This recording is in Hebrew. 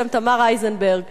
בשם תמר אייזנברג,